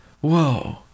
Whoa